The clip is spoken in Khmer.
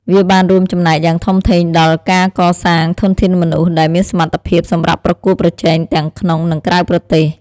វាបានរួមចំណែកយ៉ាងធំធេងដល់ ការកសាងធនធានមនុស្ស ដែលមានសមត្ថភាពសម្រាប់ប្រកួតប្រជែងទាំងក្នុង និងក្រៅប្រទេស។